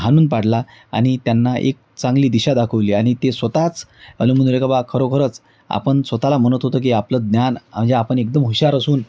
हाणून पाडला आणि त्यांना एक चांगली दिशा दाखवली आणि ते स्वत च की बा खरोखरच आपण स्वत ला म्हणत होतो की आपलं ज्ञान म्हणजे आपण एकदम हुशार असून